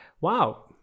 Wow